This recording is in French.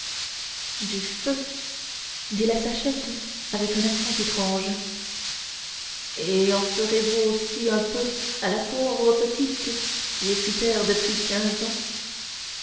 du feu dit la sachette avec un accent étrange et en ferez-vous aussi un peu à la pauvre petite qui est sous terre depuis quinze ans